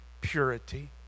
purity